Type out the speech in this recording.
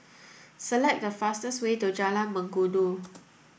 select the fastest way to Jalan Mengkudu